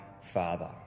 Father